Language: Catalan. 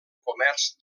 comerç